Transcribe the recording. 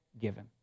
given